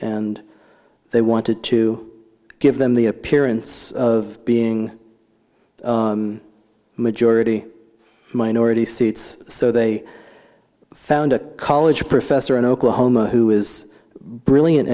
and they wanted to give them the appearance of being majority minority seats so they found a college professor in oklahoma who is brilliant